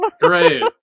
Great